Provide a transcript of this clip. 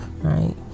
right